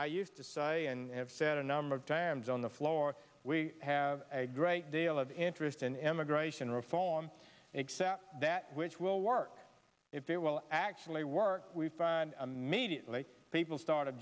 i used to say and i've said a number of times on the floor we have a great deal of interest in immigration reform except that which will work if it will actually work we find a media people start